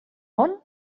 món